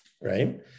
Right